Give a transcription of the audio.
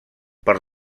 per